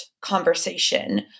conversation